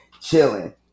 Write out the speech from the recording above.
chilling